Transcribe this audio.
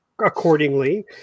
accordingly